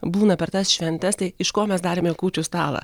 būna per tas šventes tai iš ko mes darėme kūčių stalą